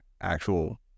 actual